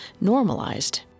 normalized